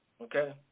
Okay